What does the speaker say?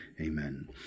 amen